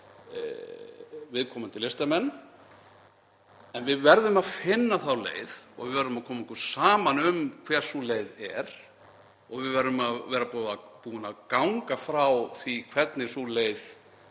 viðkomandi listamenn en við verðum að finna þá leið og koma okkur saman um hver sú leið er og verðum að vera búin að ganga frá því hvernig sú leið